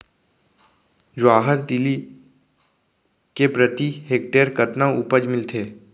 जवाहर तिलि के प्रति हेक्टेयर कतना उपज मिलथे?